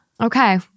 okay